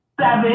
Seven